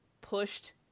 pushed